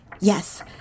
yes